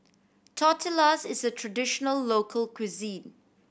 tortillas is a traditional local cuisine